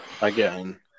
Again